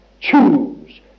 Choose